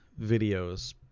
videos